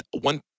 one